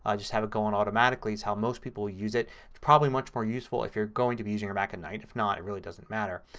ah just have it go on automatically is how most people use it. it's probably much more useful if you're going to be using your mac at night. if not it really doesn't matter.